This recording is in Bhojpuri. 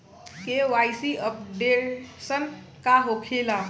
के.वाइ.सी अपडेशन का होखेला?